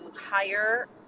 hire